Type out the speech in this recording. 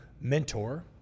mentor